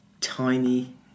tiny